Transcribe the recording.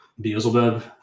Beelzebub